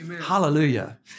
Hallelujah